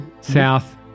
south